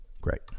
great